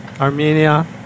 Armenia